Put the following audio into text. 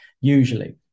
usually